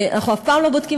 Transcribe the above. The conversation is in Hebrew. אנחנו אף פעם לא בודקים,